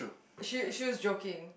she she was joking